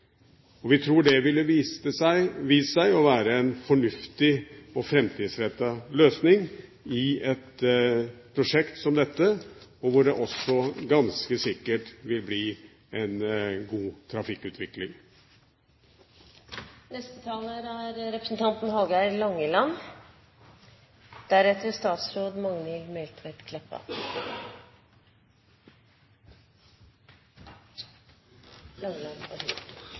at vi ønsker firefelts veg på hele strekningen. Vi tror det vil vise seg å være en fornuftig og framtidsrettet løsning i et prosjekt som dette, hvor det også ganske sikkert vil bli en god trafikkutvikling. I desse dagar er